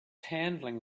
handling